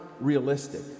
realistic